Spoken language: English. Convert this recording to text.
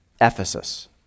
Ephesus